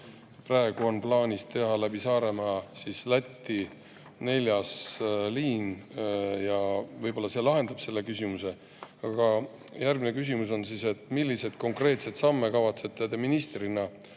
praegu on plaanis teha läbi Saaremaa Lätti neljas liin. Võib-olla see lahendab selle küsimuse. Järgmine küsimus on: milliseid konkreetseid samme kavatsete te ministrina